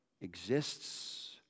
exists